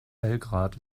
belgrad